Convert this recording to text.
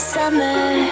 summer